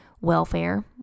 welfare